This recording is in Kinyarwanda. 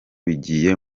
bigiye